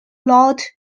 lord